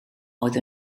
oedd